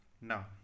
Now